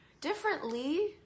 differently